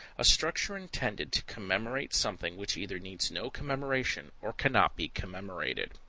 a structure intended to commemorate something which either needs no commemoration or cannot be commemorated.